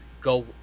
go